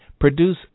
produce